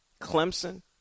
Clemson